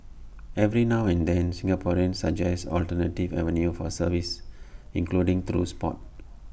every now and then Singaporeans suggest alternative avenues for service including through Sport